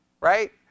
Right